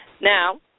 Now